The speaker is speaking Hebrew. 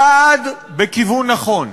צעד בכיוון נכון.